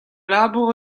labour